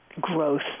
growth